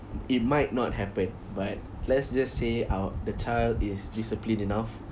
it might not happen but let's just say our the child is disciplined enough